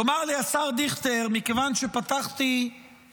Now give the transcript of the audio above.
תאמר לי, השר דיכטר, מכיוון שפתחתי בשבחך,